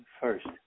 first